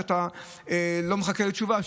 שאתה לא מחכה לתשובה,